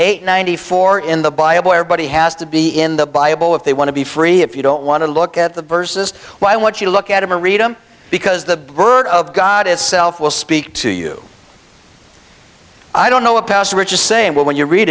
and ninety four in the bible where body has to be in the bible if they want to be free if you don't want to look at the verses why won't you look at him or read him because the word of god itself will speak to you i don't know a pastor richest saying well when you read